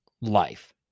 life